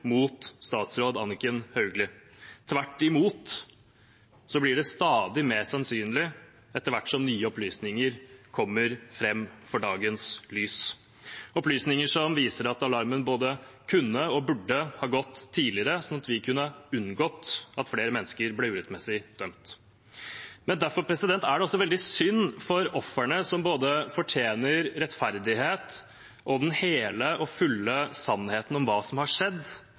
mot statsråd Anniken Hauglie i denne saken. Tvert imot blir det stadig mer sannsynlig etter hvert som nye opplysninger kommer fram i dagens lys. Det er opplysninger som viser at alarmen både kunne og burde ha gått tidligere, slik at vi kunne unngått at flere mennesker ble urettmessig dømt. Derfor er det veldig synd for ofrene, som fortjener både rettferdighet og den hele og fulle sannheten om hva som har skjedd,